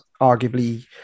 arguably